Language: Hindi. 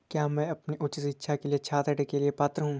क्या मैं अपनी उच्च शिक्षा के लिए छात्र ऋण के लिए पात्र हूँ?